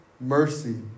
mercy